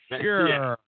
sure